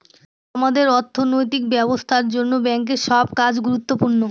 আমাদের অর্থনৈতিক ব্যবস্থার জন্য ব্যাঙ্কের সব কাজ গুরুত্বপূর্ণ